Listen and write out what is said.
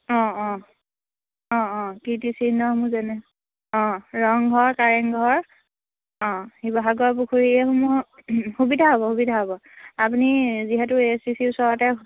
অঁ অঁ অঁ অঁ কীৰ্তি চিহ্নসমূহ যেনে অঁ ৰংঘৰ কাৰেংঘৰ অঁ শিৱসাগৰ পুখুৰী এইসমূহ সুবিধা হ'ব সুবিধা হ'ব আপুনি যিহেতু এ এচ টি চিৰ ওচৰতে